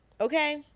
Okay